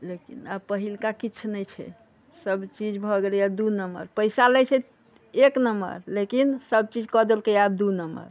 लेकिन आब पहिलका किछु नहि छै सबचीज भऽ गेलैए दू नम्बर पैसा लै छै एक नम्बर लेकिन सबचीज कऽ देलकैया आब दू नम्बर